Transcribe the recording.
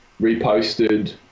reposted